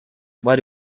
why